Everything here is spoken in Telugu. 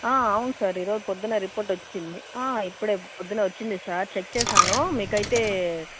అవును సార్ ఈరోజు పొద్దున్నే రిపోర్ట్ వచ్చింది ఇప్పుడే పొద్దున్నే వచ్చింది సార్ చెక్ చేశాను మీకు అయితే